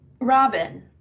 Robin